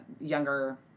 younger